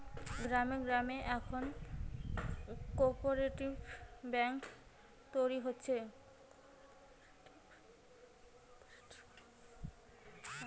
গ্রামে গ্রামে এখন কোপরেটিভ বেঙ্ক তৈরী হচ্ছে